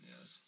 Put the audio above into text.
yes